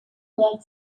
worked